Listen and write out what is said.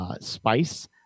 Spice